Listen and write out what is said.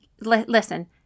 Listen